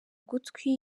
ugutwi